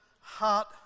heart